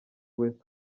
west